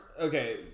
okay